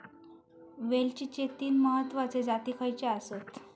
वेलचीचे तीन महत्वाचे जाती खयचे आसत?